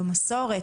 במסורת,